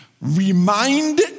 remind